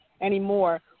Anymore